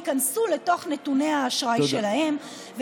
ייכנסו לתוך נתוני האשראי שלהם.